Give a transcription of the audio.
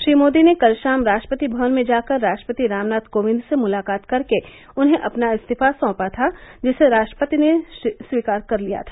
श्री मोदी ने कल शाम राष्ट्रपति भवन में जाकर राष्ट्रपति रामनाथ कोविंद से मुलाकात कर के उन्हें अपना इस्तीफा साँपा था जिसे राष्ट्रपति ने स्वीकार कर लिया था